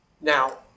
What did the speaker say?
Now